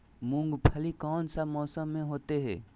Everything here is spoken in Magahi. मूंगफली कौन सा मौसम में होते हैं?